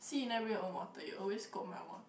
see you never bring your own water you always kope my one